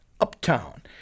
uptown